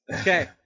Okay